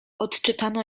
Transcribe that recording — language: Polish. odczytano